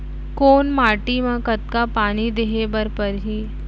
कोन माटी म कतका पानी देहे बर परहि?